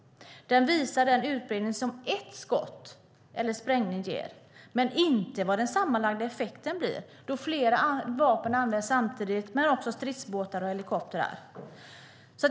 Den visar den utbredning som ett skott eller en sprängning ger, men inte vad den sammanlagda effekten blir då flera vapen används samtidigt men också stridsbåtar och helikoptrar.